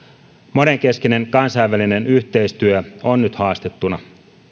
monenkeskinen kansainvälinen yhteistyö on nyt haastettuna